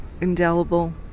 indelible